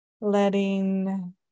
letting